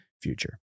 future